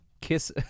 kiss